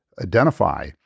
identify